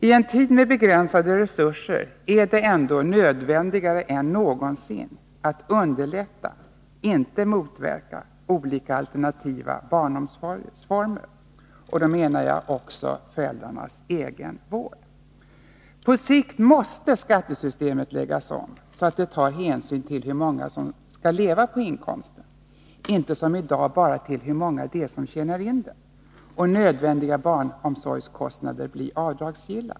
I en tid med begränsade resurser är det nödvändigare än någonsin att underlätta — inte motverka — olika alternativa barnomsorgsformer, och då menar jag också föräldrarnas egna vårdinsatser. På sikt måste vi lägga om skatten så att hänsyn också tas till hur många som skallleva på familjeinkomsten — inte som i dag bara till hur många som tjänar in den. Och nödvändiga barnomsorgskostnader måste bli avdragsgilla.